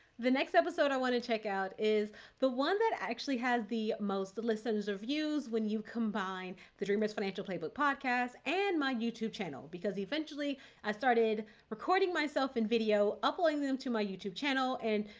the next episode i want to check out is the one that actually has the most listens or views when you combine the dreamers financial playbook podcast and my youtube channel, because eventually i started recording myself in video, uploading them to my youtube channel and.